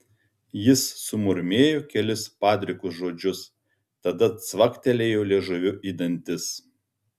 jis sumurmėjo kelis padrikus žodžius tada cvaktelėjo liežuviu į dantis